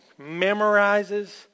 memorizes